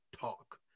talk